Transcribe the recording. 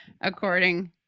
According